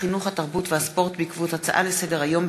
בעקבות דיון בהצעה לסדר-היום